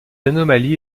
anomalie